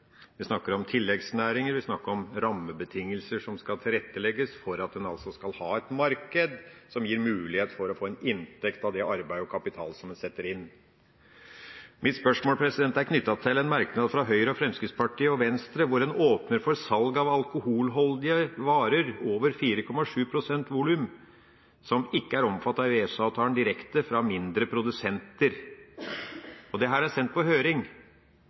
vi snakker om tilleggsnæringer, vi snakker om rammebetingelser som skal tilrettelegge for at en skal ha et marked som gir mulighet for å få en inntekt av det arbeid og den kapital en setter inn. Mitt spørsmål er knyttet til en merknad fra Høyre, Fremskrittspartiet og Venstre, hvor en åpner «for salg av alkoholholdige varer over 4,7 volumprosent som ikke er omfattet av EØS-avtalen, direkte fra mindre produsenter». Dette er sendt på høring.